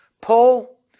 Paul